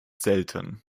selten